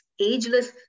ageless